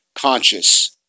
conscious